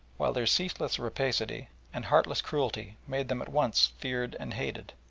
while their ceaseless rapacity and heartless cruelty made them at once feared and hated.